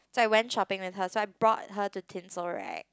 so I went shopping with her so I brought her to tinsel rack